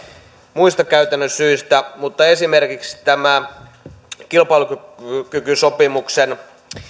muista käytännön syistä mutta esimerkiksi kilpailukykysopimuksen